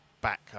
back